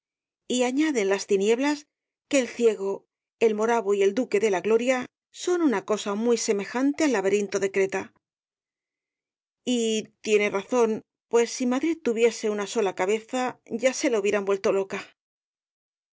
y añaden las tinieblas que el ciego el moravo y el duque de la gloria son una cosa muy semejante al laberinto de creta y tiene razón pues si madrid tuviese una sola cabeza ya se la hubieraq vuelto loca